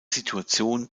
situation